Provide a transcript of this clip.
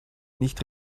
nicht